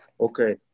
Okay